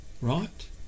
right